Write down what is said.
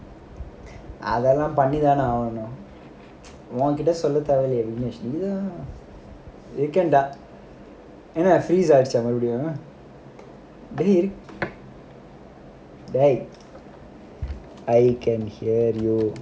அதுலாம் பண்ணி தானே ஆகணும் உன் கிட்ட சொல்ல தேவை இல்ல என் இஷ்டம்:adhulaam panni thaanae aaganum un kita solla thevai illa en ishtam you can dah என்னடா:ennadaa freeze ஆகிருச்சா மறுபடியும்:aagiruchaa marupadiyum dey I can hear you